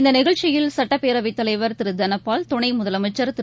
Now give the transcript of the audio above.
இந்தநிகழ்ச்சியில் சட்டப்பேரவைத் தலைவர் திருதனபால் துணைமுதலமைச்ச் திரு